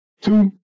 two